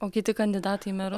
o kiti kandidatai į meru